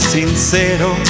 sincero